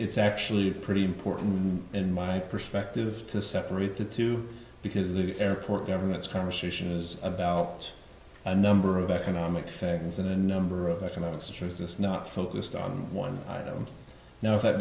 it's actually pretty important in my perspective to separate the two because the airport government's conversation is about a number of economics in a number of economics or is this not focused on one i don't know if that